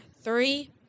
Three